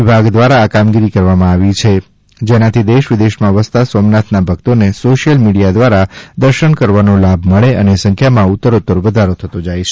વિભાગ દ્વારા આ કામગીરી કરવામાં આવે છે જેનાથી દેશ વિદેશમાં વસતા સોમનાથના ભક્તોને સોશિયલ મીડીયા દ્વારા દર્શન કરવાનો લાભ મળે અને સંખ્યામાં ઉત્તરોત્તર વધારો થતો જાય છે